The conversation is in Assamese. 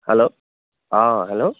হেল্ল' অ' হেল্ল'